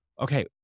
okay